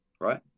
Right